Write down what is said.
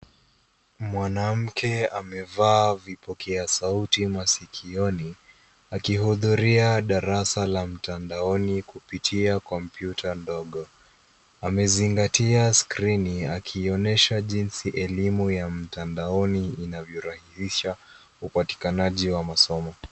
Mwanamke amevaa vipokea sauti masikioni, akihudhuria darasa la mtandaoni kupitia kompyuta ndogo. Amezingatia skrini akionyesha jinsi elimu ya mtandaoni inavyorahisisha upatikananji wa masomo.